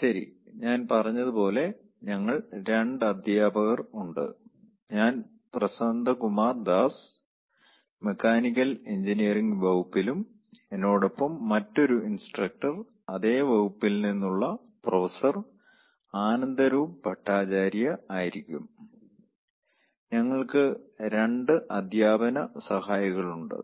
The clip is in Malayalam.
ശരി ഞാൻ പറഞ്ഞതുപോലെ ഞങ്ങൾ 2 അധ്യാപകർ ഉണ്ട് ഞാൻ പ്രസന്ത കുമാർ ദാസ് മെക്കാനിക്കൽ എഞ്ചിനീയറിംഗ് വകുപ്പിലും എന്നോടൊപ്പം മറ്റൊരു ഇൻസ്ട്രക്ടർ അതേ വകുപ്പിൽ നിന്നുള്ള പ്രൊഫസർ ആനന്ദറൂപ് ഭട്ടാചാര്യ ആയിരിക്കും ഞങ്ങൾക്ക് 2 അധ്യാപന സഹായികൾ ഉണ്ട്